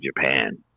Japan